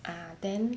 ah then